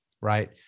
right